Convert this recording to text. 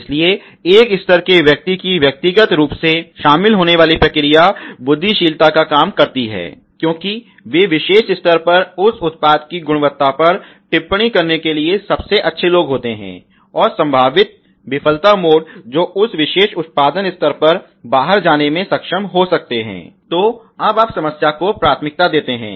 इसलिए एक स्तर के व्यक्ति की व्यक्तिगत रूप से शामिल होने वाली प्रक्रिया बुद्धिशीलता का काम करती है क्योंकि वे विशेष स्तर पर उस उत्पाद की गुणवत्ता पर टिप्पणी करने के लिए सबसे अच्छे लोग होते हैं और संभावित विफलता मोड जो उस विशेष उत्पादन स्तर पर बाहर जाने में सक्षम हो सकते हैं तो अब आप समस्या को प्राथमिकता देते हैं